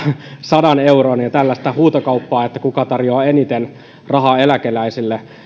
sadan euron ja tällaista huutokauppaa kuka tarjoaa eniten rahaa eläkeläisille